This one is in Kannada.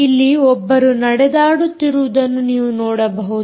ಇಲ್ಲಿ ಒಬ್ಬರು ನಡೆದಾಡುತ್ತಿರುವುದನ್ನು ನೀವು ನೋಡಬಹುದು